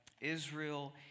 Israel